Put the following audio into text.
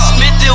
Smith